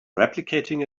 replicating